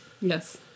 Yes